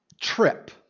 trip